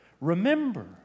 Remember